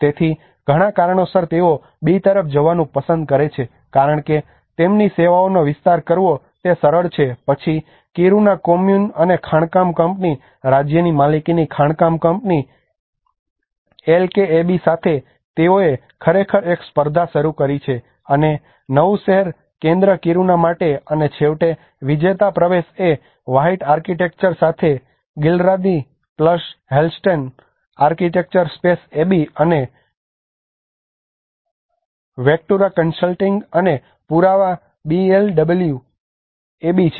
તેથી ઘણા કારણોસર તેઓ B તરફ જવાનું પસંદ કરે છે કારણ કે તેમની સેવાઓનો વિસ્તાર કરવો તે સરળ છે પછી કિરુના કોમ્યુન અને ખાણકામ કંપની રાજ્યની માલિકીની ખાણકામ કંપની એલકેએબી સાથે તેઓએ ખરેખર એક સ્પર્ધા શરૂ કરી છે અને નવું શહેર કેન્દ્ર કિરુના માટે અને છેવટે વિજેતા પ્રવેશ એ વ્હાઇટ આર્કિટેક્ચર સાથે ગિલ્લરાદી હેલ્સ્ટેનGhillaradi Hellsten આર્કિટેક્ચર સ્પેસ AB અને વેક્ટુરા કન્સલ્ટિંગ અને પુરાવા બીએલડબ્લ્યુ AB છે